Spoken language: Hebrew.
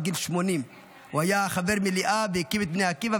גיל 80. הוא היה חבר מליאה והקים את בני עקיבא,